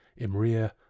Imria